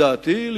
לדעתי,